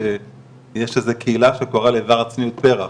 יש איזה קהילה שקוראת לקוראת לאיבר הצניעות "פרח",